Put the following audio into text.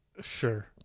Sure